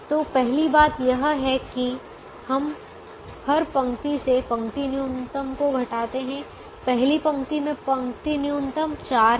तो पहली बात यह है हम हर पंक्ति से पंक्ति न्यूनतम को घटाते हैं पहली पंक्ति में पंक्ति न्यूनतम 4 है